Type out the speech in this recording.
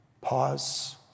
Pause